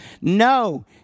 No